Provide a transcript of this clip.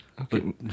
Okay